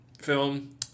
film